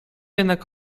jednak